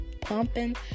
pumping